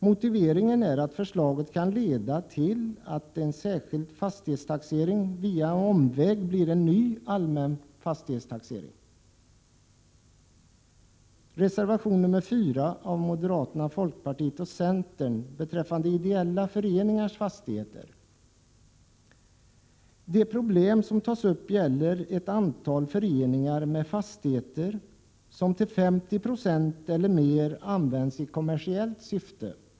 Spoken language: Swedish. Motiveringen är att förslaget kan leda till att den särskilda fastighetstaxeringen via en omväg blir en ny allmän fastighetstaxering. Reservation nr 4 av moderater, folkpartister och centerpartister avser ideella föreningars fastigheter. Det problem som tas upp gäller ett antal föreningar med fastigheter som till 50 96 eller mer används i kommersiellt syfte.